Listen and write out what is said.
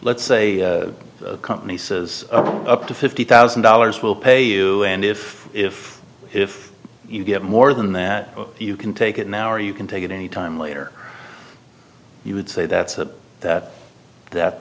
let's say the company says up to fifty thousand dollars we'll pay you and if if if you get more than that you can take it now or you can take it any time later you would say that's that that